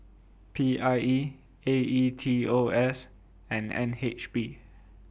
P I E A E T O S and N H B